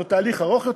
זה תהליך ארוך יותר.